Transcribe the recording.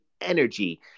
energy